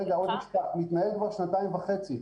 מתנהל כבר שנתיים וחצי.